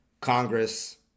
Congress